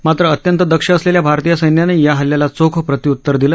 मात्र अत्यंत दक्ष असलेल्या भारतीय सैन्यानं या हल्ल्याला चोख प्रत्यूतर दिलं